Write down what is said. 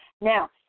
Now